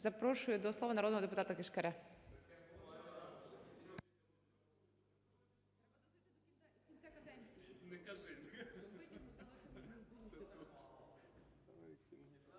Запрошую до слова народного депутата Кишкаря.